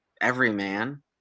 everyman